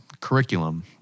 curriculum